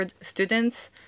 students